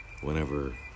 whenever